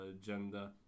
gender